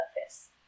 surface